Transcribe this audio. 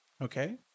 Okay